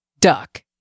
duck